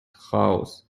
house